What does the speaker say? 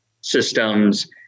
systems